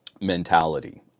mentality